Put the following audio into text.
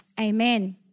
Amen